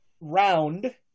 Round